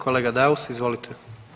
Kolega Daus, izvolite.